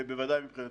בוודאי מבחינתנו.